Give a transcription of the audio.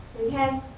okay